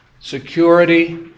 Security